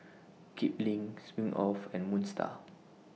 Kipling Smirnoff and Moon STAR